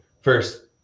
first